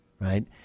Right